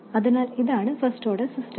അതിനാൽ ഇതാണ് first order system